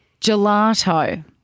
Gelato